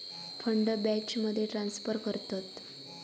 fund बॅचमध्ये transfer करतत